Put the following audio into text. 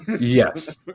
Yes